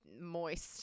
moist